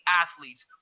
athletes